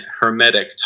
hermetic